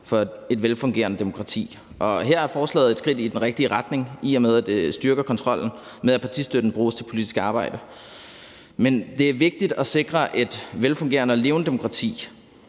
for et velfungerende demokrati, og her er forslaget et skridt i den rigtige retning, i og med at det styrker kontrollen med, at partistøtten bruges til politisk arbejde. Men det er vigtigt at sikre et velfungerende og levende demokrati,